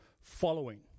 following